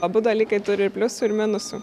abu dalykai turi ir pliusų ir minusų